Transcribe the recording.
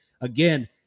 Again